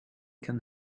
can